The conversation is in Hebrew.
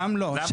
שם לא.